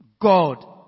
God